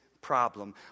problem